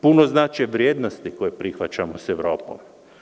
Puno znače vrednosti koje prihvaćamo sa Evropom.